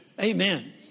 amen